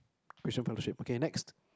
christian fellowship okay next